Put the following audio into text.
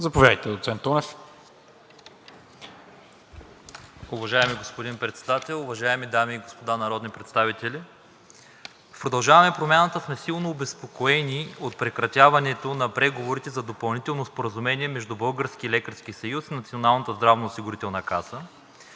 Промяната): Уважаеми господин Председател, уважаеми дами и господа народни представители! „Продължаваме Промяната“ сме силно обезпокоени от прекратяването на преговорите за допълнително споразумение между Българския лекарски съюз и Националната здравноосигурителна каса.